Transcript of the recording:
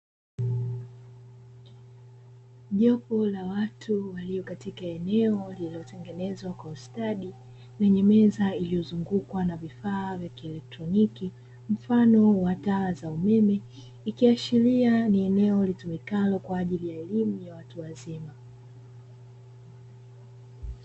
Jopo watu walio katika eneo lililotengenezwa kwa ustadi, lenye meza iliyozungukwa na vifaa vya kielektroniki mfano wa taa za umeme, ikiashiria ni eneo litumikalo kwa ajili ya elimu ya watu wazima.